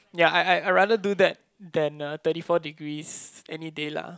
ya I I I'd rather do that than uh thirty four degrees any day lah